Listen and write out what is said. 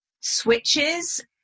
switches